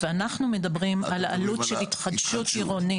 ואנחנו מדברים על עלות של התחדשות עירונית.